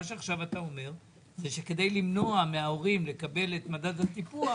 מה שאתה עכשיו אומר זה שכדי למנוע מההורים לקבל את מדד הטיפוח